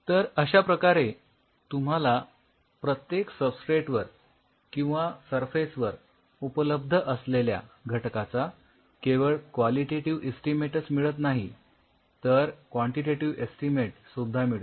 तर अश्या प्रकारे तुम्हाला प्रत्येक सब्स्ट्रेटवर किंवा सरफेसवर उपलब्ध असलेल्या घटकाचा केवळ क्वालिटेटिव्ह एस्टीमेटच मिळत नाही तर क्वांटिटेटिव्ह एस्टीमेट सुद्धा मिळतो